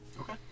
Okay